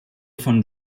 von